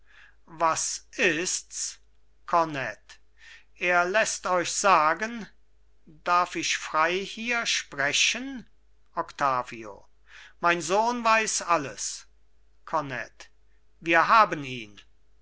was ists kornett er läßt euch sagen darf ich frei hier sprechen octavio mein sohn weißalles kornett wir haben ihn